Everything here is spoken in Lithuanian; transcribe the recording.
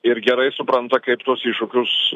ir gerai supranta kaip tuos iššūkius